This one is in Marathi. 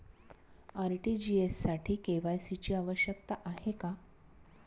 आर.टी.जी.एस साठी के.वाय.सी ची आवश्यकता आहे का?